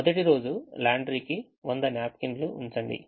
మొదటి రోజు లాండ్రీకి 100 న్యాప్కిన్లు ఉంచండి